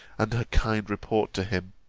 and her kind report to him?